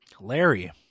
Larry